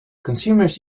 consumers